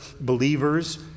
believers